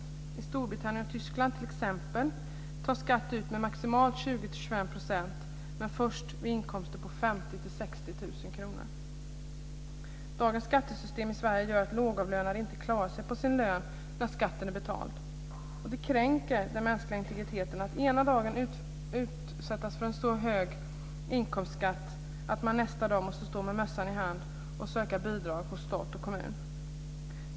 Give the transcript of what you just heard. I t.ex. Storbritannien och Tyskland tas skatter ut med maximalt 20-25 %, men först vid inkomster på 50 000-60 0000 kr. Dagens skattesystem i Sverige gör att lågavlönade inte klarar sig på sin lön när skatten är betald. Det kränker den mänskliga integriteten att ena dagen utsättas för en så hög inkomstskatt att man nästa dag måste stå med mössan i hand och söka bidrag hos stat och kommun.